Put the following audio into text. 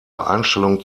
einstellung